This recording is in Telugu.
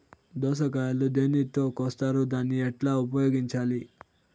దోస కాయలు దేనితో కోస్తారు దాన్ని ఎట్లా ఉపయోగించాలి?